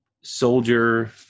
soldier